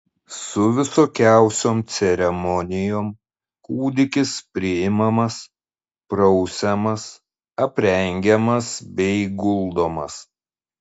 su visokiausiom ceremonijom kūdikis priimamas prausiamas aprengiamas bei guldomas